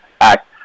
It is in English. Act